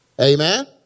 Amen